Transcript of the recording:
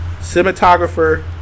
cinematographer